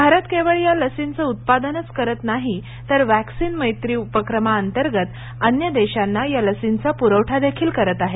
भारत केवळ या लसींचं उत्पादनचं करत नाही तर वॅक्सीन मैत्री उपक्रमा अंतर्गत अन्य देशांना या लसींचा प्रवठा देखील करत आहे